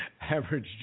average